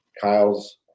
Kyle's